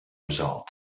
results